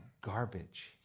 garbage